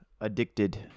addicted